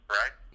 right